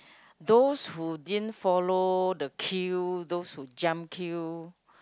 those who didn't follow the queue those whose jump queue